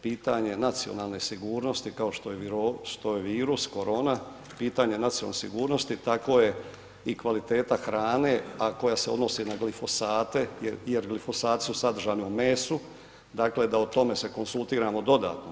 Pitanje nacionalne sigurnosti kao što je virus korona pitanje nacionalne sigurnosti, tako je i kvaliteta hrane, a koja se odnosi na glifosate jer glifosati su sadržani u mesu, dakle da o tome se konzultiramo dodatno.